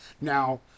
Now